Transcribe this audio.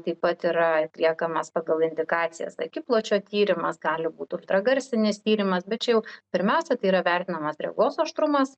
taip pat yra atliekamas pagal indikacijas akipločio tyrimas gali būt ultragarsinis tyrimas bet čia jau pirmiausia tai yra vertinamas regos aštrumas